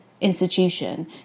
institution